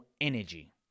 energy